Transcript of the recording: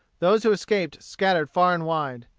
those who escaped scattered far and wide.